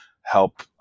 help